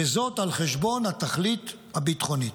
וזאת על חשבון התכלית הביטחונית.